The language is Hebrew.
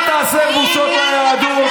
אל תעשה בושות ליהדות,